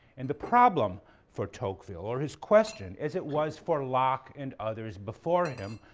and the problem for tocqueville or his question, as it was for locke and others before him,